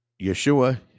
Yeshua